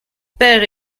père